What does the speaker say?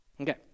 Okay